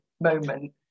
moment